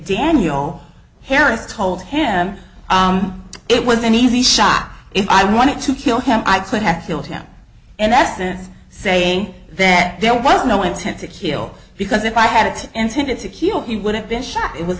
daniel harris told him it was an easy shot if i wanted to kill him i could have killed him and that's then saying that there was no intent to kill because if i had it intended to kill he would have been shot it was